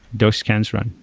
those scans run.